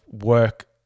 work